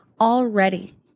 already